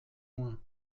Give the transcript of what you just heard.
loin